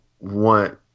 want